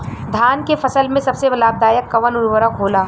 धान के फसल में सबसे लाभ दायक कवन उर्वरक होला?